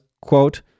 Quote